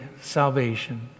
salvation